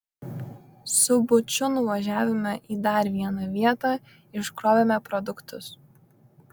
su buču nuvažiavome į dar vieną vietą iškrovėme produktus